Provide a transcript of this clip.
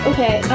Okay